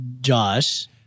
Josh